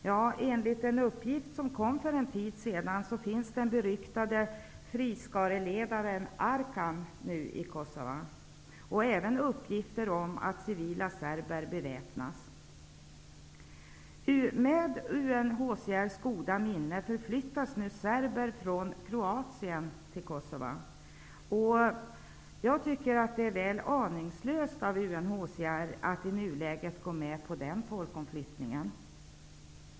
Ja, enligt en uppgift för en tid sedan finns den beryktade friskareledaren Arkan nu i Kosova, och det förekommer även uppgifter om att civila serber beväpnas. Med UNHCR:s goda minne förflyttas nu serber från Kroatien till Kosova. Jag tycker att det är väl aningslöst av UNHCR att i nuläget gå med på den folkomflyttningen.